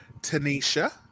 Tanisha